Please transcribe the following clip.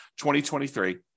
2023